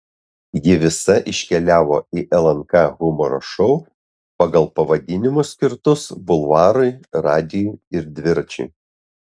ji visa iškeliavo į lnk humoro šou pagal pavadinimus skirtus bulvarui radijui ir dviračiui